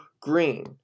Green